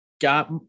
got